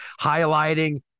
highlighting